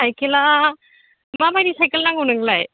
साइकेला माबायदि साइकेल नांगौ नोंनोलाय